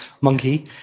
monkey